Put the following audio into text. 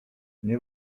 nie